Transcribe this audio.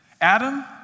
Adam